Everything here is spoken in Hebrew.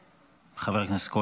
חבר הכנסת כהן,